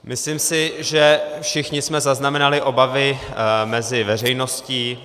Myslím, že všichni jsme zaznamenali obavy mezi veřejností.